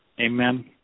Amen